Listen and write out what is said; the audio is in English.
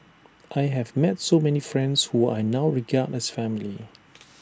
I have met so many friends who I now regard as family